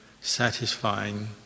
satisfying